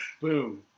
boom